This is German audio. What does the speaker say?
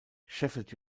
sheffield